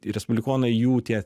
respublikonai jų tie